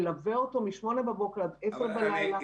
מלווה אותו מ-08:00 בבוקר עד 22:00 בלילה.